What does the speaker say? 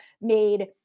made